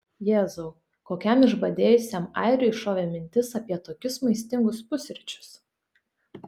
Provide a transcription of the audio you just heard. jėzau kokiam išbadėjusiam airiui šovė mintis apie tokius maistingus pusryčius